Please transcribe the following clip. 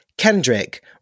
Kendrick